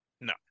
No